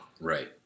Right